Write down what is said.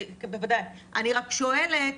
אני שואלת